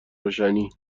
روشنی